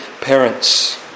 parents